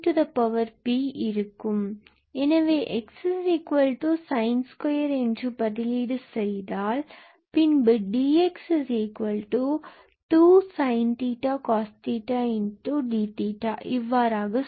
இருக்கும் எனவே 𝑥sin2𝜃 இப்படி பதிலீடு செய்தால் 𝑑𝑥2sin𝜃cos𝜃𝑑𝜃 இவ்வாறாக சுருங்கும்